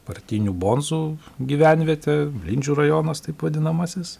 partinių bonzų gyvenvietė blindžių rajonas taip vadinamasis